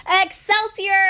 Excelsior